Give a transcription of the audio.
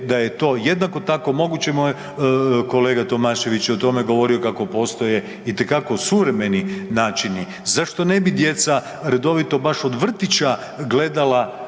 jednako tako moguće, moj kolega Tomašević je o tome govorio kako postoje itekako suvremeni načini, zašto ne bi djeca redovito baš od vrtića gledala